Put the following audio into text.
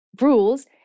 rules—